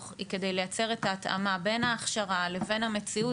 זה כדי לייצר את ההתאמה בין ההכשרה לבין המציאות